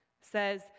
says